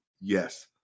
yes